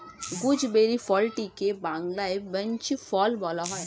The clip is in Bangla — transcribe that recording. গুজবেরি ফলটিকে বাংলায় বৈঁচি ফল বলা হয়